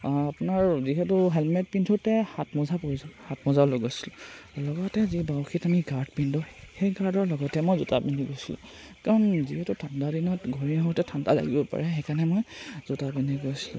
আপোনাৰ যিহেতু হেলমেট পিন্ধোতে হাত মোজা প্ৰয়োজন হাটমোজাও লগাইছিলোঁ লগতে যি বাওসীত আমি গাৰ্ড পিন্ধোঁ সেই গাৰ্ডৰ লগতে মই জোতা পিন্ধি গৈছিলোঁ কাৰণ যিহেতু ঠাণ্ডা দিনত ঘূৰি আহোঁতে ঠাণ্ডা লাগিব পাৰে সেইকাৰণে মই জোতা পিন্ধি গৈছিলোঁ